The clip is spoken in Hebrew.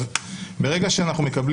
ברגע שאנחנו,